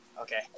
Okay